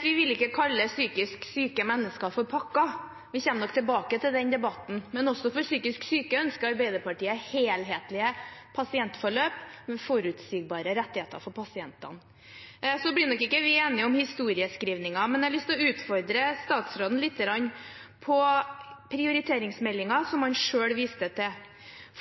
Vi vil ikke kalle psykisk syke mennesker for pakker. Vi kommer nok tilbake til den debatten. Også for psykisk syke ønsker Arbeiderpartiet helhetlige pasientforløp med forutsigbare rettigheter. Vi blir nok ikke enige om historieskrivingen, men jeg har lyst til å utfordre statsråden litt på prioriteringsmeldingen som han selv viste til.